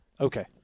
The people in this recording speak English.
Okay